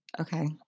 Okay